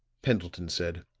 pendleton said